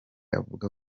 avuga